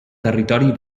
territori